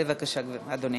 בבקשה, אדוני.